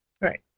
Right